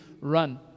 run